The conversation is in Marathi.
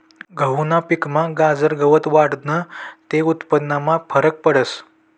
गहूना पिकमा गाजर गवत वाढनं ते उत्पन्नमा फरक पडस